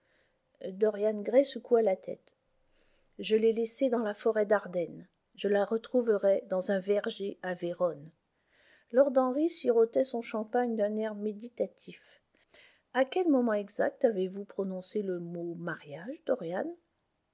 dorian gray secoua la tête je l'ai laissée dans la forêt d'ardenne je la retrouverai dans un verger à vérone lord henry sirotait son champagne d'un air méditatif a quel moment exact avez-vous prononcé le mot mariage